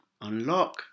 Unlock